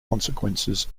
consequences